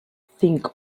cinco